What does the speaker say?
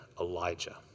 Elijah